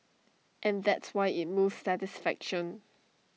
and that's why IT moves satisfaction